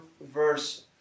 verse